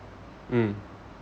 mm